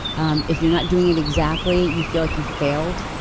um if you're not doing it exactly. you feel like you failed.